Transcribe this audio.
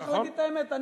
צריך להגיד את האמת.